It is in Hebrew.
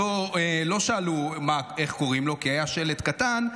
אותו לא שאלו איך קוראים לו כי היה שלט קטן,